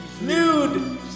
Nude